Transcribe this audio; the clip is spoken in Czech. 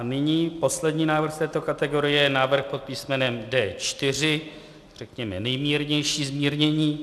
Nyní poslední návrh z této kategorie, návrh pod písmenem D4, řekněme nejmírnější zmírnění.